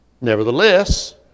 Nevertheless